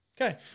Okay